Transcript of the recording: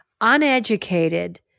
uneducated